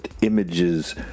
images